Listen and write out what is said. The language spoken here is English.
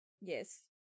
yes